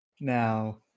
now